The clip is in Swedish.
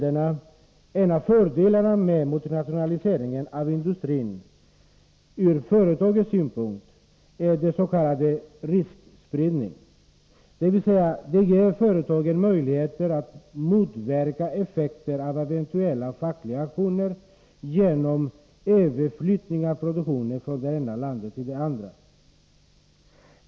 En av fördelarna med multinationalisering av industrin, ur företagens synpunkt, är den s.k. riskspridningen, dvs. företagen får möjligheter att, genom överflyttning av produktionen från det ena landet till det andra, motverka effekterna av eventuella fackliga aktioner.